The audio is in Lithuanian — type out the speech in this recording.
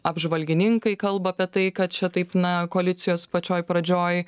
apžvalgininkai kalba apie tai kad čia taip na koalicijos pačioj pradžioj